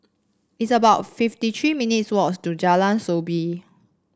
it's about fifty three minutes' walk to Jalan Soo Bee